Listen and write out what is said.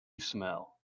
smell